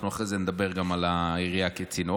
אחר כך אנחנו נדבר גם על העירייה כצינור,